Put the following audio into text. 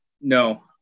no